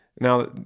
Now